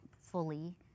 fully